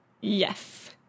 Yes